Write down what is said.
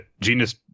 Genus